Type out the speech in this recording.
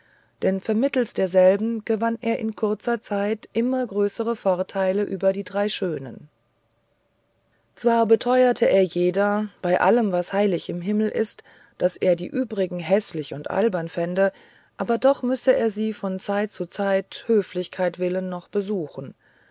denn vermittels derselben gewann er in kurzer zeit immer größere vorteile über die drei schönen zwar beteuerte er jeder bei allem was heilig im himmel ist daß er die übrigen häßlich und albern fände aber doch müsse er sie von zeit zu zeit höflichkeit willen noch besuchen